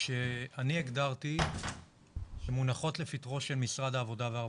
שאני הגדרתי שמונחות לפתחו של משרד העבודה והרווחה.